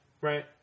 right